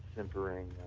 simpering